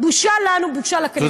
בושה לנו, בושה לכנסת.